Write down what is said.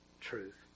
truth